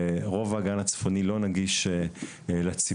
ורוב האגן הצפוני לא נגיש לציבור,